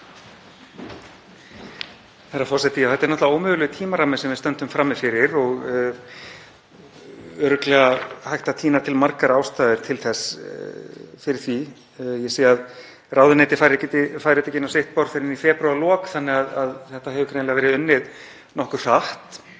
Þetta er náttúrlega ómögulegur tímarammi sem við stöndum frammi fyrir og örugglega hægt að tína til margar ástæður fyrir því. Ég sé að ráðuneytið fær þetta ekki inn á sitt borð fyrr en í febrúarlok þannig að þetta hefur greinilega verið unnið nokkuð hratt.